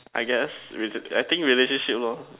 I guess rela~ I think relationship lor